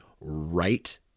right